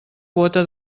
quota